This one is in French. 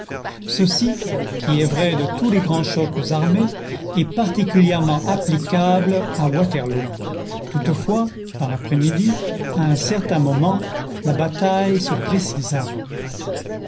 ceci qui est vrai de tous les grands chocs armés est particulièrement applicable à waterloo toutefois dans l'après-midi à un certain moment la bataille se précisa